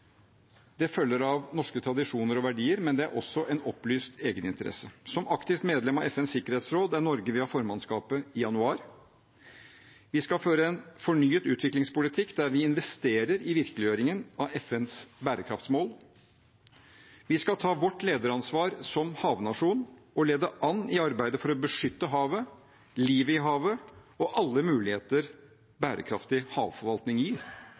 Det følger av norske tradisjoner og verdier, men det er også en opplyst egeninteresse. Vi er aktivt medlem av FNs sikkerhetsråd, der Norge vil ha formannskapet i januar. Vi skal føre en fornyet utviklingspolitikk der vi investerer i virkeliggjøringen av FNs bærekraftsmål. Vi skal ta vårt lederansvar som havnasjon og lede an i arbeidet for å beskytte havet, livet i havet og alle muligheter bærekraftig havforvaltning gir.